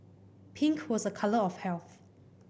pink was a colour of health